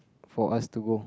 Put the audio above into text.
for us to go